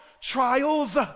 trials